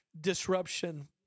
disruption